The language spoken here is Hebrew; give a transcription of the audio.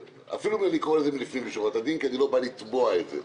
אפילו לא נקרא לזה "לפנים משורת הדין" כי אני לא בא לתבוע את זה.